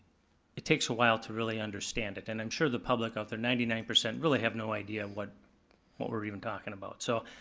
it takes a while to really understand it, and i'm sure the public out there, ninety nine percent really have no idea what what we're even talking about, so,